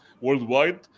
worldwide